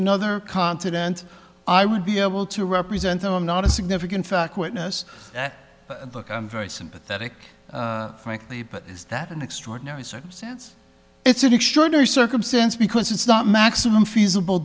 another continent i won't be able to represent them i'm not a significant fact witness look i'm very sympathetic frankly but is that an extraordinary circumstance it's an extraordinary circumstance because it's not maximum feasible